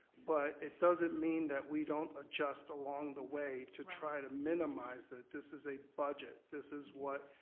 but it doesn't mean that we don't adjust along the way to try to minimize that this is a budget, this is what,